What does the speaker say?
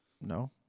No